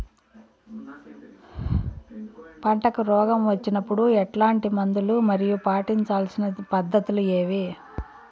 పంటకు రోగం వచ్చినప్పుడు ఎట్లాంటి మందులు మరియు పాటించాల్సిన పద్ధతులు ఏవి?